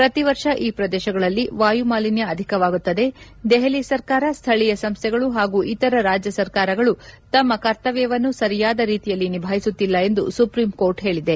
ಪ್ರತಿ ವರ್ಷ ಈ ಪ್ರದೇಶಗಳಲ್ಲಿ ವಾಯು ಮಾಲಿನ್ನ ಅಧಿಕವಾಗುತ್ತದೆ ದೆಹಲಿ ಸರ್ಕಾರ ಸ್ವಳೀಯ ಸಂಸ್ವೆಗಳು ಹಾಗೂ ಇತರ ರಾಜ್ಯ ಸರ್ಕಾರಗಳು ತಮ್ಮ ಕರ್ತವ್ಚವನ್ನು ಸರಿಯಾದ ರೀತಿಯಲ್ಲಿ ನಿಭಾಯಿಸುತ್ತಿಲ್ಲ ಎಂದು ಸುಪ್ರೀಂ ಕೋರ್ಟ್ ಹೇಳಿದೆ